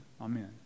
Amen